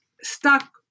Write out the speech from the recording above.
stuck